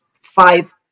five